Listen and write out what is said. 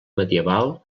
medieval